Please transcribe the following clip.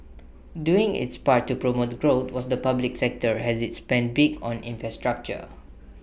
doing its part to promote growth was the public sector as IT spent big on infrastructure